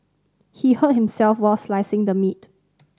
he hurt himself while slicing the meat